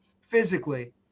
physically